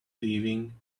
leaving